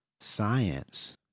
science